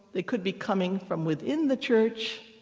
they could be coming from within the church,